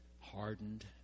hardened